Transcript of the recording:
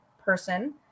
person